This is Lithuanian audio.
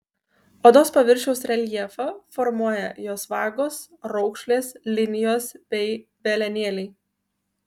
odos paviršiaus reljefą formuoja jos vagos raukšlės linijos bei velenėliai